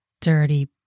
dirty